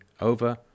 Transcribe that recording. over